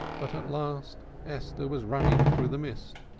but at last esther was running through the mist,